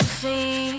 see